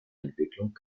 entwicklung